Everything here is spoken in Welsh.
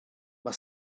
mae